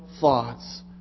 thoughts